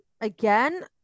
again